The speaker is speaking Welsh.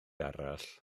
arall